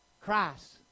Christ